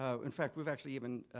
ah in fact, we've actually even,